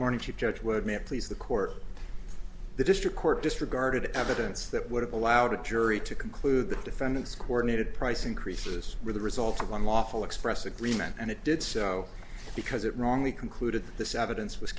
morning chief judge would make please the court the district court disregarded evidence that would have allowed a jury to conclude the defendant's coronated price increases were the result of the unlawful express agreement and it did so because it wrongly concluded that this evidence was